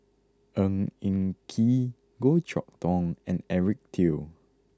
Ng Eng Kee Goh Chok Tong and Eric Teo